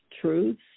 truths